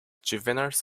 juveniles